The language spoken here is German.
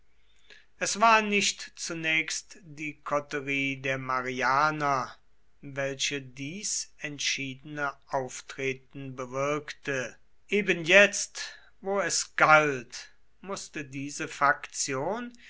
es war nicht zunächst die koterie der marianer welche dies entschiedene auftreten bewirkte eben jetzt wo es galt mußte diese faktion